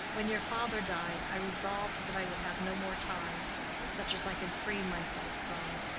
when your father died i resolved that i would have no more ties, but such as i could free myself from.